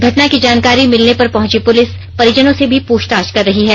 घटना की जानकारी मिलने पर पहुंची परिजनों से भी प्रछताछ कर रही है